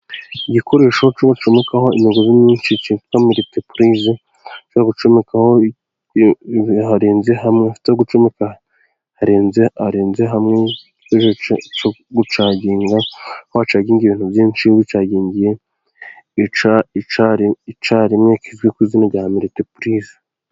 Igikoresho cyogucomekaho imigozi myinshi cyitwa miritipurize , cyo gucumekaho harenze hamwe gucomeka harenze arenze hamwe, cyo gucangiga wacaginze ibintu byinshi wabicagingiye icya rimwe kizwi ku izina rya miritipurize.